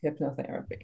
hypnotherapy